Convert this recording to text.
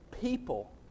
people